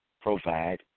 provide